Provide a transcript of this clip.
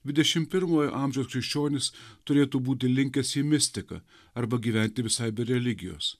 dvidešimt pirmojo amžiaus krikščionis turėtų būti linkęs į mistiką arba gyventi visai be religijos